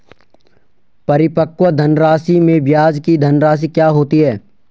परिपक्व धनराशि में ब्याज की धनराशि क्या होती है?